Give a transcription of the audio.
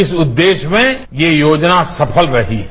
इस उद्देश्य में ये योजना सफल रही है